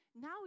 Now